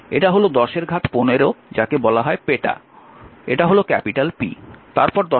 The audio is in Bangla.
এটা হল 10 এর ঘাত 15 যাকে বলা হয় পেটা এটা হল ক্যাপিটাল P